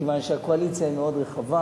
מכיוון שהקואליציה היא מאוד רחבה,